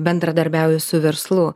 bendradarbiauji su verslu